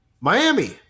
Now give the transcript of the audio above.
Miami